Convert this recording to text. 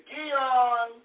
Gion